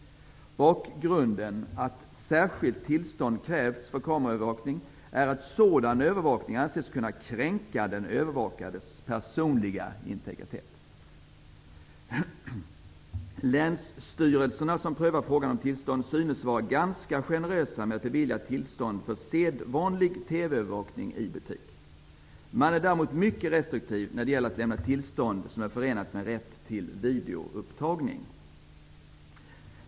Bakgrunden till att särskilt tillstånd krävs för kameraövervakning är att sådan övervakning anses kunna kränka den övervakades personliga integritet. Länsstyrelserna, som prövar frågan om tillstånd, synes vara ganska generösa med att bevilja tillstånd för sedvanlig TV-övervakning i butik. Man är däremot mycket restriktiv när det gäller att lämna tillstånd som är förenat med rätt till videoupptagning.